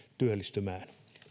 työllistymään